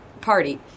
Party